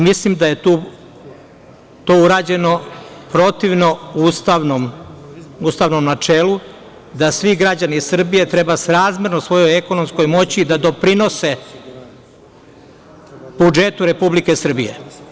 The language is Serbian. Mislim da je to urađeno protivno ustavnom načelu, da svi građani Srbije treba srazmerno svojoj ekonomskoj moći da doprinose budžetu Republike Srbije.